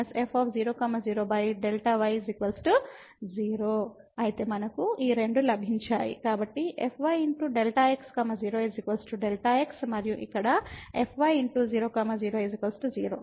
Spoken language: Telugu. కాబట్టి fy Δx 0 Δx మరియు ఇక్కడ fy0 0 0